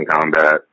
combat